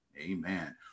Amen